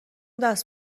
دست